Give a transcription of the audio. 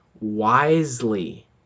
wisely